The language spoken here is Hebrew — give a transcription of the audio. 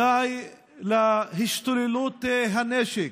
די להשתוללות הנשק.